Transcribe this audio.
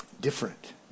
Different